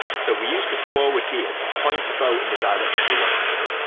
so we use the forward gear to point the boat in the direction we want to go.